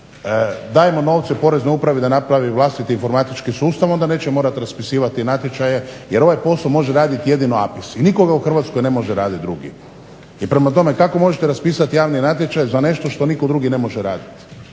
Dajmo novce Poreznoj upravi da napravi vlastiti informatički sustav i onda nećemo morati raspisivati natječaje jer ovaj posao može raditi jedino APIS i nitko ga u Hrvatskoj ne može raditi drugi. I prema tome, kako možete raspisati javni natječaj za nešto što nitko drugi ne može raditi?